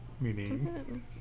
Meaning